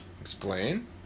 Explain